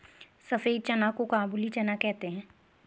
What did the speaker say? सफेद चना को काबुली चना कहते हैं